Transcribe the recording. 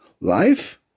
life